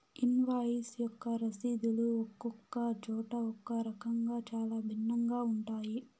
invoice యొక్క రసీదులు ఒక్కొక్క చోట ఒక్కో రకంగా చాలా భిన్నంగా ఉంటాయి